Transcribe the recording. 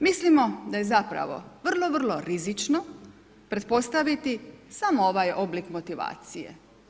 Mislimo da je zapravo vrlo, vrlo rizično pretpostaviti samo ovaj oblik motivacije.